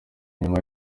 inyuma